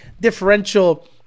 differential